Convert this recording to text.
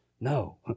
No